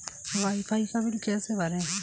Wi fi का bill कैसे भरें?